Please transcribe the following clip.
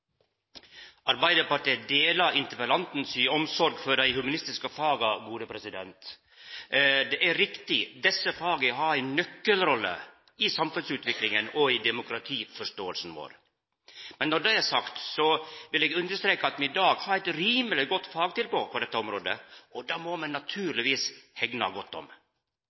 Arbeidarpartiet deler interpellanten si omsorg for dei humanistiske faga. Det er riktig: Desse faga har ei nøkkelrolle i samfunnsutviklinga og i demokratiforståinga vår. Men når det er sagt, vil eg understreka at me i dag har eit rimeleg godt fagtilbod på dette området, og det må me naturlegvis hegna godt om.